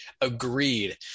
Agreed